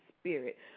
spirit